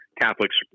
Catholics